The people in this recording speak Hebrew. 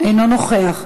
אינו נוכח,